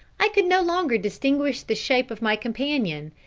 i could no longer distinguish the shape of my companion,